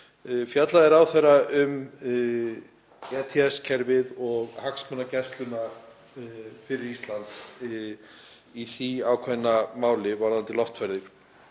fjallaði um ETS-kerfið og hagsmunagæslu fyrir Ísland í því ákveðna máli, varðandi loftferðir.